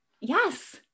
Yes